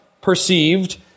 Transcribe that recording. perceived